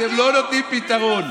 אתם לא נותנים פתרון.